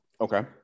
Okay